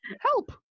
Help